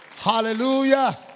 Hallelujah